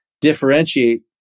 differentiate